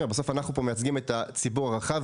אנחנו מייצגים פה את הציבור הרחב,